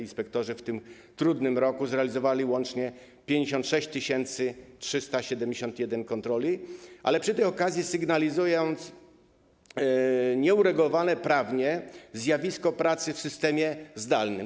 Inspektorzy w tym trudnym roku zrealizowali łącznie 56 371 kontroli, przy tej okazji sygnalizując nieuregulowane prawnie zjawisko pracy w systemie zdalnym.